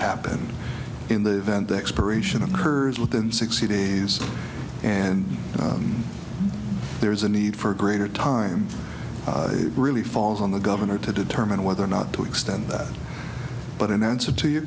happen in the event the expiration occurs within sixty days and there is a need for greater time really falls on the governor to determine whether or not to extend that but in answer to your